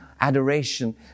adoration